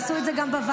עשו את זה בוועדות.